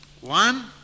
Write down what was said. One